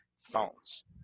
Phones